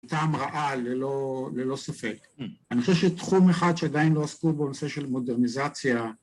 טעם רעה ללא ספק. אני חושב שתחום אחד שעדיין לא עסקו בו הוא הנושא של מודרניזציה